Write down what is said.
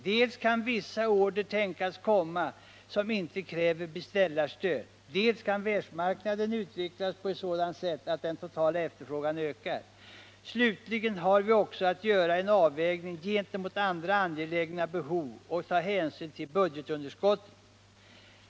Dels kan vissa order tänkas komma som inte kräver beställarstöd. Dels kan världsmarknaden utvecklas på ett sådant sätt att den totala efterfrågan ökar. Slutligen har vi också att göra en avvägning gentemot andra angelägna behov och att ta hänsyn till budgetunderskottet.